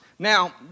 Now